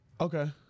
Okay